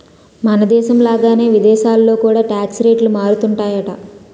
మనదేశం లాగానే విదేశాల్లో కూడా టాక్స్ రేట్లు మారుతుంటాయట